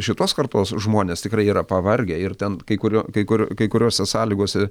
šitos kartos žmonės tikrai yra pavargę ir ten kai kurio kai kurio kai kuriose sąlygose